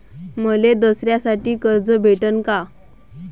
मले दसऱ्यासाठी कर्ज भेटन का?